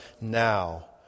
now